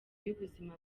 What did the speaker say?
y’ubuzima